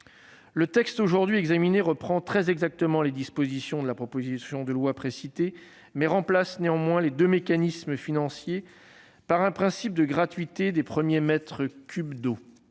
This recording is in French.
examinons aujourd'hui reprend très exactement les dispositions de la proposition de loi précitée. Il remplace néanmoins les deux mécanismes financiers qu'elle prévoyait par un principe de gratuité des premiers mètres cubes d'eau.